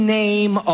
name